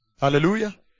hallelujah